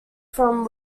from